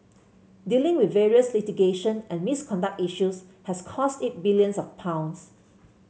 dealing with various litigation and misconduct issues has cost it billions of pounds